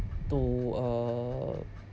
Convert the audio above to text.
to uh